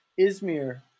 Izmir